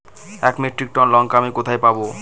এক metric tonne লঙ্কা আমি কোথায় পাবো?